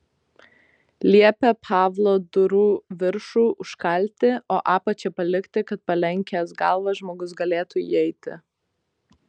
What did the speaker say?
liepė pavlo durų viršų užkalti o apačią palikti kad palenkęs galvą žmogus galėtų įeiti